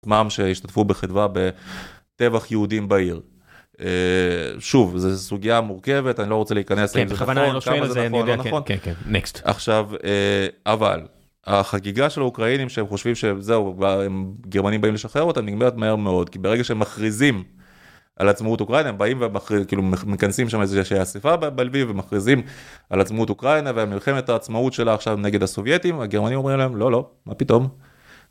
מהם שהשתתפו בחדווה בטבח יהודים בעיר. שוב, זו סוגיה מורכבת, אני לא רוצה להיכנס, זה חסרון, כמה זה נכון, לא נכון. כן, כן, כן, נקסט. עכשיו, אבל החגיגה של האוקראינים, שהם חושבים שזהו, גרמנים באים לשחרר אותם, נגמרת מהר מאוד, כי ברגע שהם מכריזים על עצמאות אוקראינה, הם באים ומכנסים שם איזושהי אסיפה בלבי, ומכריזים על עצמאות אוקראינה ועל מלחמת העצמאות שלה עכשיו נגד הסובייטים, הגרמנים אומרים להם, לא, לא, מה פתאום.